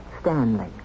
Stanley